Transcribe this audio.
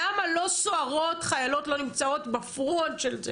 למה לא סוהרות חיילות לא נמצאות בפרונט של זה,